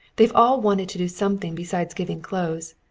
they've all wanted to do something besides giving clothes.